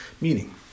Meaning